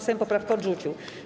Sejm poprawkę odrzucił.